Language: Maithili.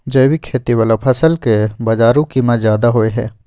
जैविक खेती वाला फसल के बाजारू कीमत ज्यादा होय हय